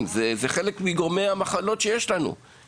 חלק מהמחלות שיש לנו נגרמות בגלל תזונה.